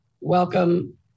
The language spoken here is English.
welcome